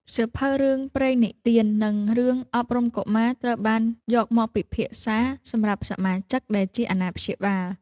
សៀវភៅរឿងព្រេងនិទាន និងរឿងអប់រំកុមារ ត្រូវបានយកមកពិភាក្សាសម្រាប់សមាជិកដែលជាអាណាព្យាបាល។